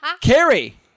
Carrie